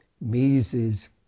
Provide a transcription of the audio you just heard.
Mises